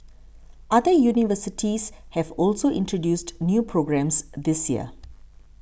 other universities have also introduced new programmes this year